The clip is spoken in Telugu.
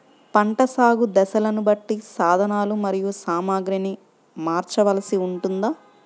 పంటల సాగు దశలను బట్టి సాధనలు మరియు సామాగ్రిని మార్చవలసి ఉంటుందా?